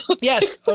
Yes